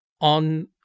on